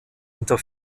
unter